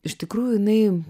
iš tikrųjų jinai